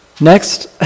Next